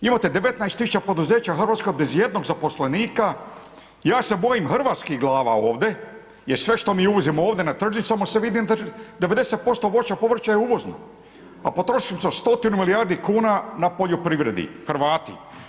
Imate 19 000 poduzeća u Hrvatskoj bez ijednog zaposlenika, ja se bojim hrvatskih glava ovdje jer sve što mi uvozimo ovdje na tržnicama se vidi, 90% voća i povrća je uvozno a potrošimo stotine milijardi kuna na poljoprivredi, Hrvati.